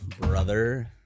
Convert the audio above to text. brother